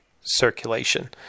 circulation